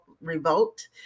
Revolt